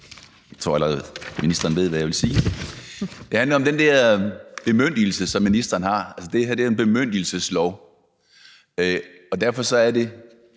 jeg tror, at ministeren allerede ved, hvad jeg vil sige. Det handler om den her bemyndigelse, som ministeren har. Det her er jo en bemyndigelseslov, og derfor er det